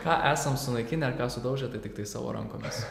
ką esam sunaikinę ar ką sudaužę tai tiktai savo rankomis tai